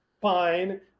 fine